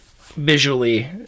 visually